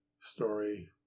story